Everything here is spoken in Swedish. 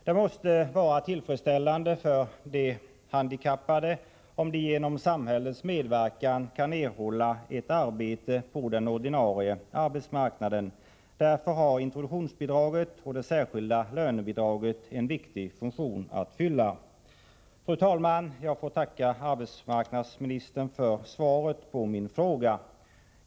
Det måste vara tillfredsställande för de handikappade, om de genom samhällets medverkan kan erhålla ett arbete på den ordinarie arbetsmarknaden. Därför har introduktionsbidraget och det särskilda lönebidraget en viktig funktion att fylla. Fru talman! Jag får tacka arbetsmarknadsministern för svaret på min fråga.